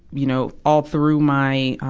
you know, all through my, um,